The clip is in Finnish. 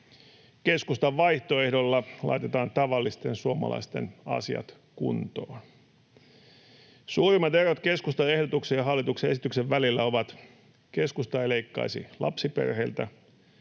Keskustan vaihtoehdolla laitetaan tavallisten suomalaisten asiat kuntoon. Suurimmat erot keskustan ehdotuksien ja hallituksen esityksen välillä: Keskusta ei leikkaisi lapsiperheiltä,